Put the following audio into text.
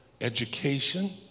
education